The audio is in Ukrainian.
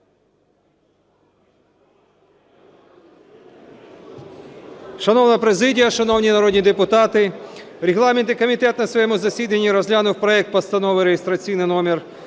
Шановна президія, шановні народні депутати, регламентний комітет на своєму засіданні розглянув проект Постанови (реєстраційний номер